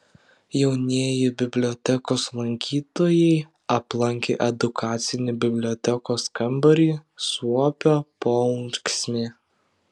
jaunieji bibliotekos lankytojai aplankė edukacinį bibliotekos kambarį suopio paunksmė